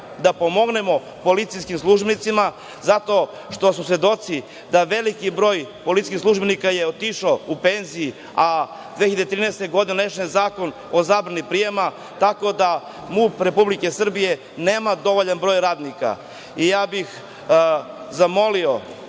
da pomognemo policijskim službenicima, zato što smo svedoci da veliki broj policijskih službenika je otišao u penziju, a 2013. godine donesen je Zakon o zabrani prijema, tako da MUP Republike Srbije nema dovoljan broj radnika. Ja bih zamolio